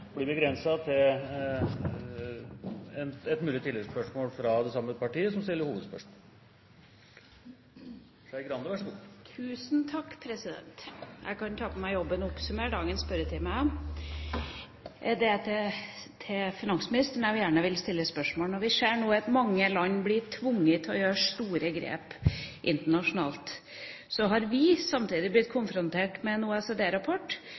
til ett, fra det samme parti som stiller hovedspørsmålet. Tusen takk, jeg kan ta på meg jobben å oppsummere dagens spørretime. Det er til finansministeren jeg gjerne vil stille spørsmål: Når vi nå ser at mange land blir tvunget til å gjøre store grep, har vi samtidig blitt konfrontert med